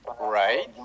right